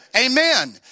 amen